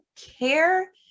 care